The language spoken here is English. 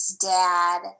dad